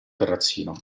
terrazzino